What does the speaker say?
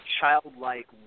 childlike